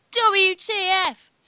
WTF